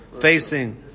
facing